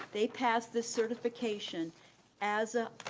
they pass the certification as a